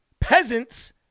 peasants